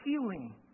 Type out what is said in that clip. healing